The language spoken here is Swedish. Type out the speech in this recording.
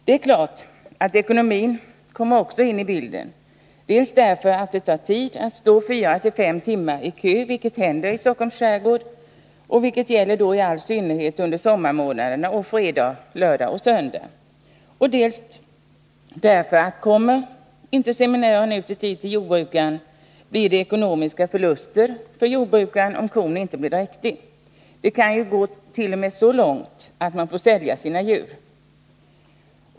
Det är klart att ekonomin också kommer in i bilden dels därför att seminören kan få stå fyra å fem timmar i kö, vilket händer i Stockholms skärgård i synnerhet under sommarmånaderna och under fredag, lördag och söndag, dels därför att om seminören inte kommer i tid till jordbrukaren blir det ekonomiska förluster för denne, eftersom kon inte blir dräktig. Det kan t.o.m. gå så långt att man får sälja sina djur.